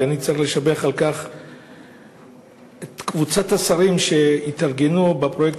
ואני צריך לשבח על כך את קבוצת השרים שהתארגנו בפרויקט